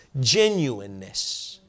genuineness